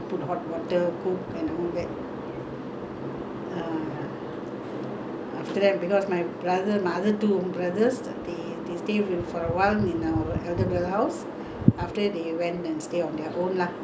after that because my brother my other two brothers they they stayed with for awhile in uh our elder brother house after they went and stayed on their own lah but we every time deepavali or [what] any function we are always there the children also grow up together